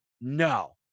no